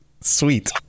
sweet